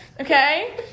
Okay